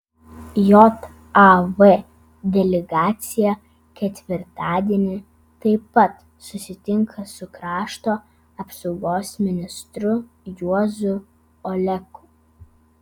jav delegacija ketvirtadienį taip pat susitinka su krašto apsaugos ministru juozu oleku